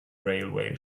railway